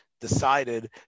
decided